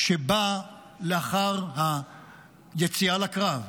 שבאה לאחר היציאה לקרב,